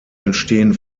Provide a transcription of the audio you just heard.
entstehen